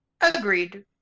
Agreed